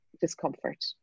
discomfort